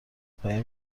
پایی